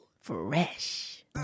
Fresh